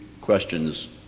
questions